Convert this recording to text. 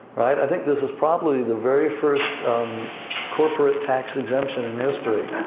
right? i think this is probably the very first corporate tax exemption in history.